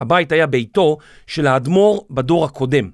הבית היה ביתו של האדמו"ר בדור הקודם.